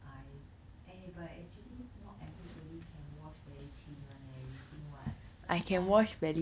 I eh but actually not everybody can wash very clean one leh you think what last time